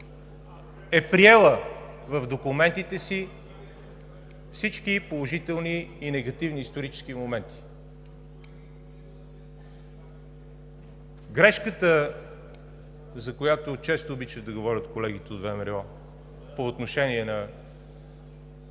е приела в документите си всички положителни и негативни исторически моменти. Грешката, за която често обичат да говорят колегите от ВМРО по отношение на